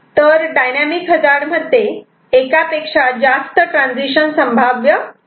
तर dynamic hazard मध्ये एकापेक्षा जास्त ट्रान्झिशन संभाव्य आहेत